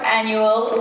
annual